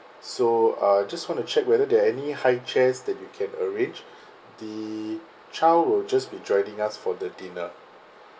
so uh just want to check whether there are any high chairs that you can arrange the child will just be joining us for the dinner